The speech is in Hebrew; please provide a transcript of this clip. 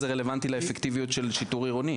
אבל למה זה רלוונטי לאפקטיביות של שיטור עירוני?